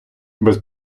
без